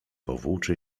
powłóczy